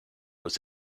was